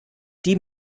die